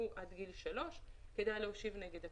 עד גיל שלוש כדאי להושיב נגד הכיוון.